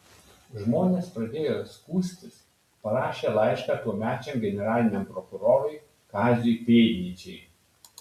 žmonės pradėjo skųstis parašė laišką tuomečiam generaliniam prokurorui kaziui pėdnyčiai